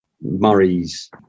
Murray's